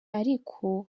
ariko